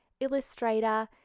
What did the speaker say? illustrator